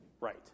right